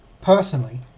Personally